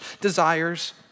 desires